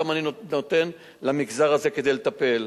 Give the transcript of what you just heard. כמה אני נותן למגזר הזה כדי לטפל.